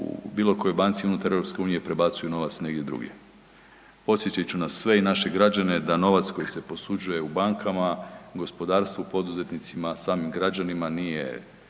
bilo kojoj banci unutar EU prebacuju novac negdje drugdje. Podsjetit ću na sve i naše građane da novac koji se posuđuje u bankama gospodarstvu, poduzetnicima, samim građanima, nije